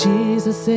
Jesus